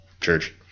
Church